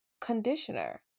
Conditioner